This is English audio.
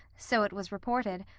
so it was reported,